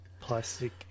plastic